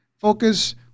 focus